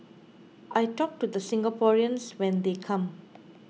I talk to the Singaporeans when they come